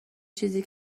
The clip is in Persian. چیزی